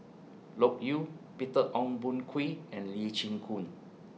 Loke Yew Peter Ong Boon Kwee and Lee Chin Koon